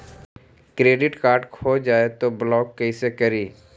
Credit card खो जाए तो ब्लॉक कैसे करी?